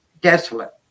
desolate